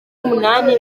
n’umunani